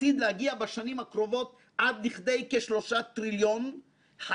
עתיד להגיע בשנים הקרובות עד כ-3 טריליון ש"ח,